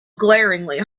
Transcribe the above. glaringly